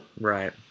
Right